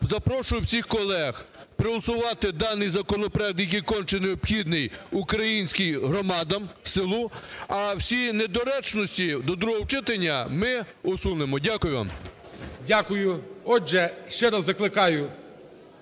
запрошую всіх колег проголосувати даний законопроект, який конче необхідний українським громадам, селу, а всі недоречності до другого читання ми усунемо. Дякую вам. ГОЛОВУЮЧИЙ. Дякую. Отже, ще раз закликаю